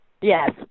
Yes